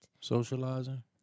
socializing